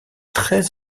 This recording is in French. très